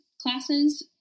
classes